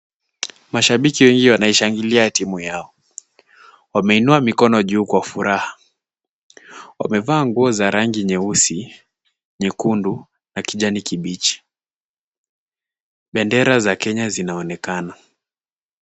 Mashabiki wengi wanaishaangilia timu yao. Wameinua mikono juu kwa furaha. Wamevaa nguo za rangi nyeusi, nyekundu, na kijani kibichi. Bendera za Kenya zinaonekana.